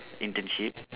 internship